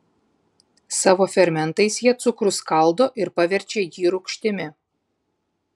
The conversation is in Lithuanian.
savo fermentais jie cukrų skaldo ir paverčia jį rūgštimi